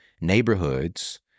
neighborhoods